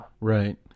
Right